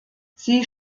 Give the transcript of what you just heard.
sie